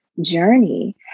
journey